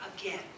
again